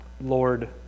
Lord